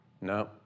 No